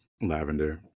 Lavender